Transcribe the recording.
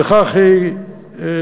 וכך היא אומרת: